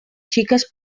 xiques